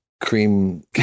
cream